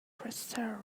preserve